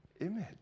image